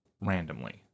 randomly